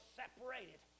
separated